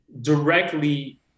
directly